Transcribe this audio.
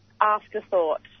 afterthought